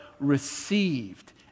received